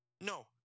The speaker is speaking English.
No